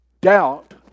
doubt